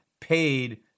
paid